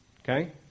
Okay